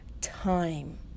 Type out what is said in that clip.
time